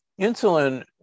insulin